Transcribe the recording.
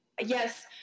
Yes